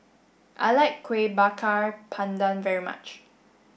I like Kueh Bakar Pandan very much